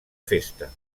festa